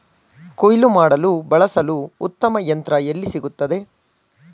ಕುಯ್ಲು ಮಾಡಲು ಬಳಸಲು ಉತ್ತಮ ಯಂತ್ರ ಎಲ್ಲಿ ಸಿಗುತ್ತದೆ?